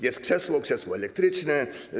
Jest krzesło i krzesło elektryczne.